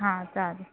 हां चालेल